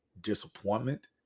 disappointment